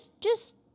just-